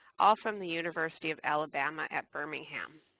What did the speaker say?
all from the university of alabama at birmingham.